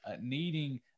needing